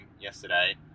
yesterday